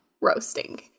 roasting